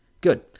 Good